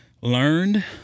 learned